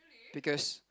because